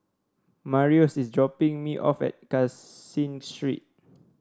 Marius is dropping me off at Caseen Street